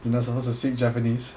you're not supposed to speak japanese